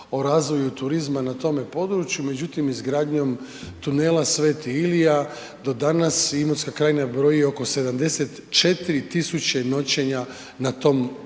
o razvoju turizma na tome području. Međutim, izgradnjom tunela Sv. Ilija do danas Imotska krajina broji oko 74 000 noćenja na tom području.